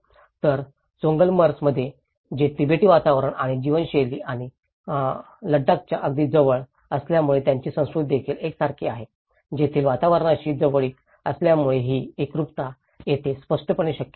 तर चोगलमसरमध्ये ते तिबेटी वातावरण आणि जीवनशैली आणि लडाख्यांच्या अगदी जवळ असल्यामुळेच त्यांची संस्कृती देखील एकसारखीच आहे तेथील वातावरणाशी जवळीक असल्यामुळे ही एकरूपता येथे स्पष्टपणे शक्य होती